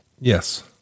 Yes